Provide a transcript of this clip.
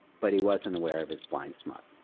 but he wasn't aware of his blind spot.